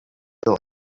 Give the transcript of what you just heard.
feel